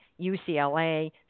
UCLA